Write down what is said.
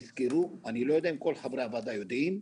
אני לא יודע אם כל חברי הוועדה יודעים,